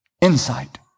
Insight